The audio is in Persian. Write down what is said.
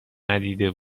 ندیده